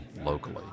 locally